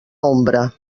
ombra